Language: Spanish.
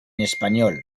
español